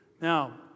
Now